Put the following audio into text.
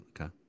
Okay